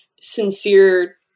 sincere